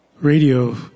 radio